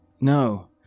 No